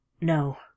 No